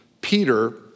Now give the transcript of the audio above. Peter